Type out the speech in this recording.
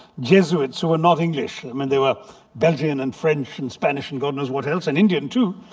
jesuit. so were not english. i mean they were belgian and french and spanish and god knows what else. and indian too.